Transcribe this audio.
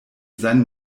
seinem